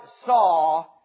saw